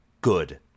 good